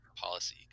policy